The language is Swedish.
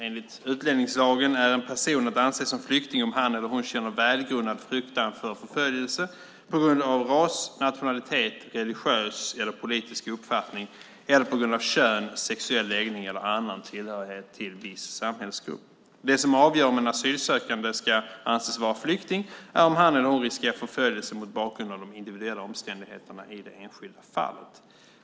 Enligt utlänningslagen är en person att anse som flykting om han eller hon känner välgrundad fruktan för förföljelse på grund av ras, nationalitet, religiös eller politisk uppfattning eller på grund av kön, sexuell läggning eller annan tillhörighet till viss samhällsgrupp. Det som avgör om en asylsökande ska anses vara flykting är om han eller hon riskerar förföljelse mot bakgrund av de individuella omständigheterna i det enskilda fallet.